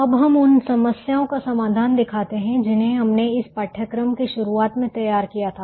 अब हम उन कुछ समस्याओं का समाधान दिखाते हैं जिन्हें हमने इस पाठ्यक्रम की शुरुआत में तैयार किया था